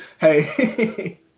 hey